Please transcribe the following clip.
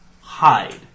hide